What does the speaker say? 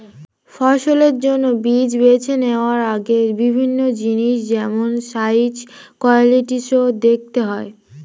ফসলের জন্য বীজ বেছে নেওয়ার আগে বিভিন্ন জিনিস যেমন সাইজ, কোয়ালিটি সো দেখতে হয়